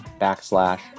backslash